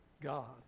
God